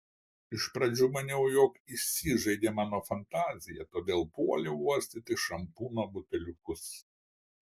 iš pradžių maniau jog įsižaidė mano fantazija todėl puoliau uostyti šampūno buteliukus